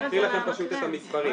אני אקריא לכם פשוט את המספרים.